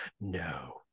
no